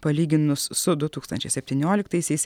palyginus su du tūkstančiai septynioliktaisiais